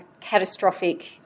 catastrophic